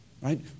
Right